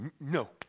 no